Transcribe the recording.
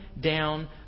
down